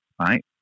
Right